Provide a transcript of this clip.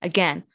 Again